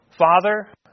Father